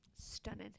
stunning